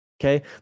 Okay